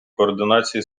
координації